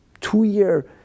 two-year